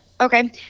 okay